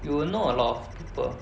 you will know a lot of people